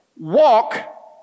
walk